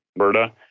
Alberta